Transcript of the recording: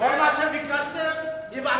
כל מה שביקשתם, העברתם.